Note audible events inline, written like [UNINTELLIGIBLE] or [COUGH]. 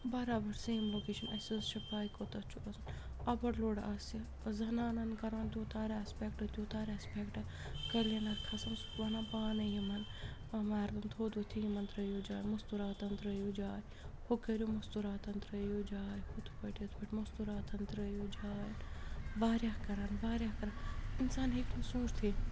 برابر same location اَسہِ حظ چھےٚ پَے کوٚتَتھ چھُ گژھُن اَوَر لوڈ آسہِ زَنانَن کَران تیوٗتاہ رٮ۪سپٮ۪کٹ تیوٗتاہ رٮ۪سپٮ۪کٹ کٔلیٖنر کھَسان سُہ وَنان پانَے یِمَن مَردن تھوٚد ؤتھِو یِمَن ترٛٲیِو جاے مُستوراتن ترٛٲیِو جاے ہُہ کٔرِو مُستوراتَن ترٛٲیِو جاے ہُتھ پٲٹھۍ یِتھ پٲٹھۍ مُستوراتن ترٛٲیِو جاے واریاہ کَران واریاہ [UNINTELLIGIBLE] اِنسان ہیٚکہِ نہٕ سوٗنٛچتھٕے